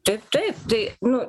taip taip tai nu